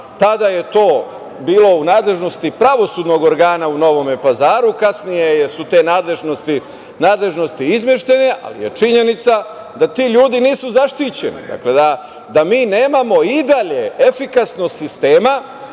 Tada je to bilo u nadležnosti pravosudnog organa u Novom Pazaru, a kasnije su te nadležnosti izmeštene, ali je činjenica da ti ljudi nisu zaštićeni, da mi nemamo i dalje efikasnost sistema